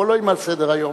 הם עולים על סדר-היום.